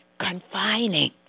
confining